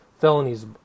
felonies